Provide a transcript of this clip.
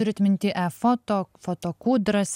turit minty e foto foto kūdras